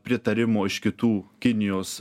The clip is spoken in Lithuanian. pritarimo iš kitų kinijos